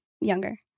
younger